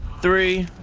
three,